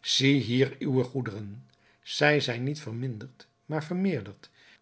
zie hier uwe goederen zij zijn niet verminderd maar vermeerderd